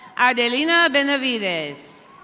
adelina venevidez.